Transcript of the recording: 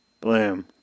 Bloom